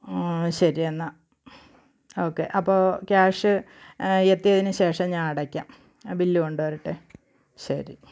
ശരിയെന്നാൽ ഓക്കേ അപ്പോൾ ക്യാഷ് എത്തിയതിന് ശേഷം ഞാനടക്കാം ബില്ല് കൊണ്ട് വരട്ടെ ശരി